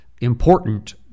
important